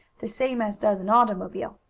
the same as does an automobile.